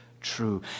true